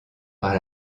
par